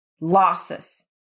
losses